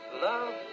Love